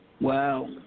Wow